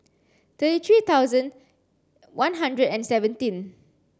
thirty three thousand one hundred and seventeen